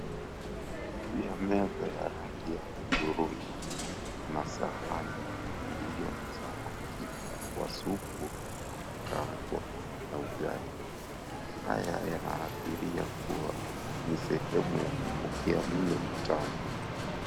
Juu ya meza ya rangi ya hudhurungi. Kuna sahani iliyo na samaki wa supu wa kukaangwa, na ugali. Haya yanaashiria kuwa ni sehemu ya kupokea mlo mtamu.